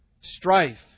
strife